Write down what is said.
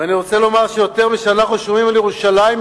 ואני רוצה לומר שיותר משאנחנו שומרים על ירושלים,